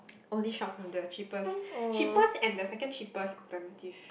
only shop from the cheapest cheapest and the second cheapest alternative